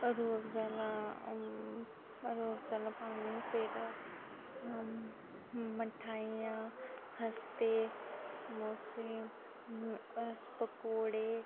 रूह्हफ्जा आह्ला पानी फिर मठेआईयां खस्ते समोसे पकौड़े